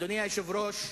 אדוני היושב-ראש,